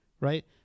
right